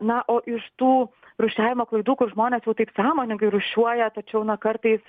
na o iš tų rūšiavimo klaidų kur žmonės jau taip sąmoningai rūšiuoja tačiau na kartais